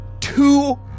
two